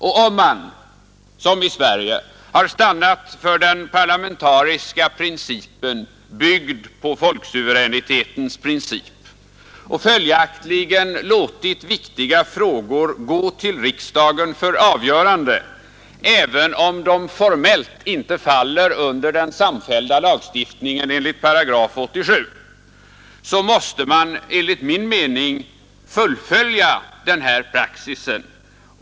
Och om man som i Sverige har stannat för den parlamentariska principen, byggd på folksuveränitetens princip, och följdaktligen låter viktiga frågor gå till riksdagen för avgörande, även om de formellt inte faller under den samfällda lagstiftningen enligt 87 § regeringsformen, Nr 77 måste man enligt min mening fullfölja denna praxis.